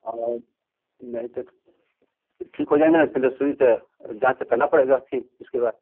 हाँ नहीं तो ठीक हो जाएँगे न चलिए सुई ते जाँच तो करना पड़ेगा फिर उसके बाद